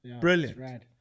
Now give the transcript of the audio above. brilliant